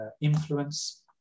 Influence